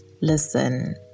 Listen